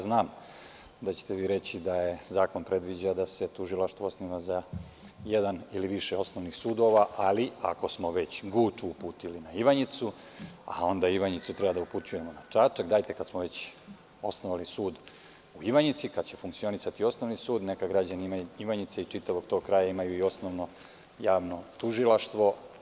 Znam da ćete vi reći da zakon predviđa da se tužilaštvo osniva za jedan ili više osnovnih sudova, ali ako smo već Guču uputili na Ivanjicu, a onda Ivanjicu treba da upućujemo na Čačak, dajte kad smo već osnovali sud u Ivanjici, kad će funkcionisati osnovni sud, neka građani Ivanjice i čitavog tog kraja imaju i osnovno javno tužilaštvo.